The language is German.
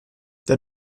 der